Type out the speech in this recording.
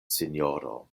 sinjoro